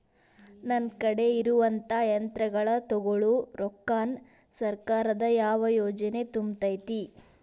ನನ್ ಕಡೆ ಇರುವಂಥಾ ಯಂತ್ರಗಳ ತೊಗೊಳು ರೊಕ್ಕಾನ್ ಸರ್ಕಾರದ ಯಾವ ಯೋಜನೆ ತುಂಬತೈತಿ?